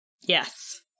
Yes